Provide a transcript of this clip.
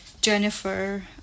Jennifer